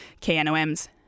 KNOM's